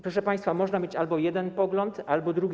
Proszę państwa, można mieć albo jeden pogląd, albo drugi.